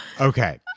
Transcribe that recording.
Okay